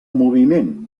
moviment